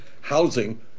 housing